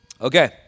Okay